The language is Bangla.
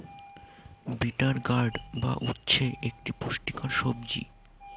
বিটার গার্ড বা উচ্ছে একটি পুষ্টিকর সবজি